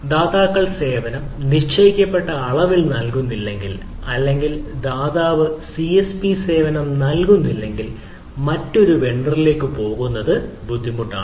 ദാതാക്കൾ സേവനം നിശ്ചയിക്കപ്പെട്ട അളവിൽ നൽകുന്നില്ലെങ്കിൽ അല്ലെങ്കിൽ ദാതാവ് സിഎസ്പി സേവനം നൽകുന്നില്ലെങ്കിൽ മറ്റൊരു വെണ്ടറിലേക്ക് പോകുന്നത് ബുദ്ധിമുട്ടാണ്